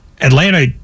Atlanta